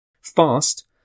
fast